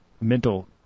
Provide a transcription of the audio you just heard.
mental